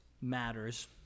matters